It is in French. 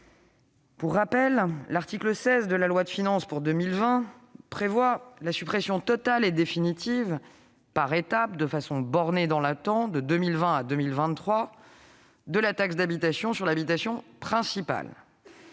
Pour rappel, l'article 16 de la loi de finances pour 2020 prévoit la suppression totale et définitive, par étapes et de façon bornée dans le temps- de 2020 à 2023 -, de la taxe d'habitation sur l'habitation principale.